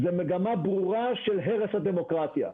זה מגמה ברורה של הרס הדמוקרטיה.